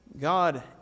God